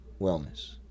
wellness